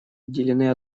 отделены